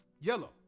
yellow